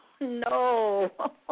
No